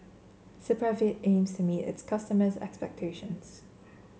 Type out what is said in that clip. Supravit aims to meet its customers' expectations